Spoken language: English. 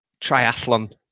triathlon